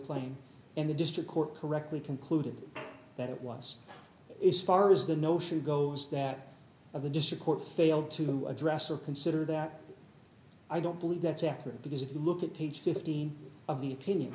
claim and the district court correctly concluded that it was is far as the notion goes that of the district court failed to address or consider that i don't believe that's accurate because if you look at page fifteen of the opinion